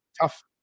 tough